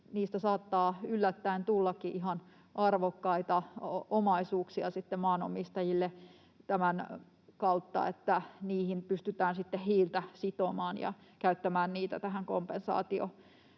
käytetä, saattaa yllättäen tullakin ihan arvokkaita ominaisuuksia sitten maanomistajille tämän kautta, että niihin pystytään sitten hiiltä sitomaan ja käyttämään niitä tähän kompensaatiotoimintaan.